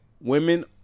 women